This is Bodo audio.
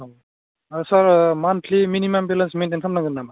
औ आरो सार मानथ्लि मिनिमाम बेलेन्स मेनथेन खालाम नांगोन नामा